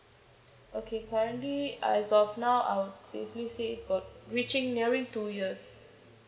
okay currently as of now I'll safely say got reaching nearing two years